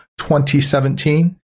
2017